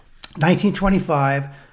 1925